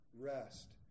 rest